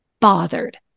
bothered